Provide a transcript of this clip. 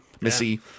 Missy